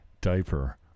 diaper